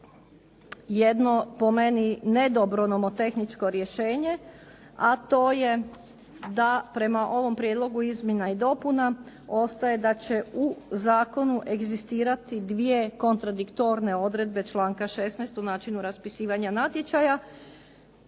jedno po meni ne dobro nomotehničko rješenje a to je da prema ovom prijedlogu izmjena i dopuna ostaje da će u zakonu egzistirati dvije kontradiktorne odredbe članka 16. u načinu raspisivanja natječaja.